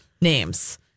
names